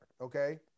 Okay